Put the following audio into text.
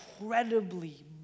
incredibly